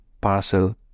parcel